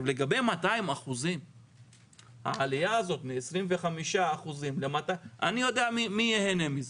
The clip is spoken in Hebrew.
לגבי 200% - העלייה הזו מ 25% - אני יודע מי יהנה מזה.